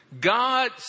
God